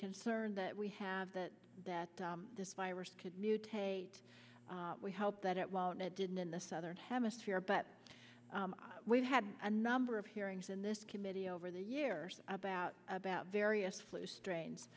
concern that we have that that this virus could mutate we hope that it won't it didn't in the southern hemisphere but we've had a number of hearings in this committee over the years about about various flu strains